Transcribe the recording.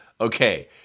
okay